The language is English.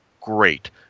great